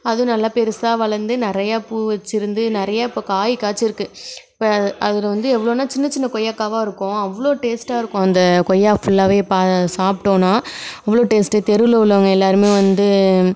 அதுவும் நல்லா பெருசாக வளர்ந்து நிறையா பூ வச்சுருந்து நிறையா இப்போ காய் காய்ச்சிருக்கு இப்போ அதில் வந்து எவ்வளோன்னா சின்ன சின்ன கொய்யாக்காவாக இருக்கும் அவ்வளோ டேஸ்ட்டாக இருக்கும் அந்த கொய்யா ஃபுல்லாகவே சாப்பிட்டோம்னா அவ்வளோ டேஸ்ட்டு தெருவில் உள்ளவங்க எல்லோருமே வந்து